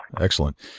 Excellent